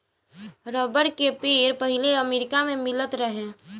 rubber के पेड़ पहिले अमेरिका मे मिलत रहे